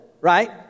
right